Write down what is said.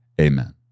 Amen